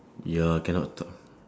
ya cannot talk